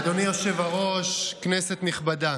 אדוני היושב-ראש, כנסת נכבדה,